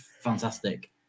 fantastic